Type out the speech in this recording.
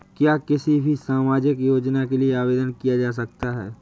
क्या किसी भी सामाजिक योजना के लिए आवेदन किया जा सकता है?